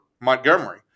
Montgomery